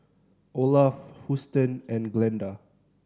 Olaf Houston and Glenda